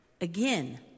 Again